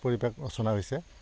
পৰিৱেশ ৰচনা হৈছে